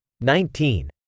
Nineteen